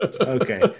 okay